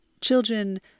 children